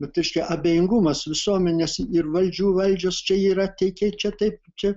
nu reiškia abejingumas visuomenės ir valdžių valdžios čia yra teikė čia taip čia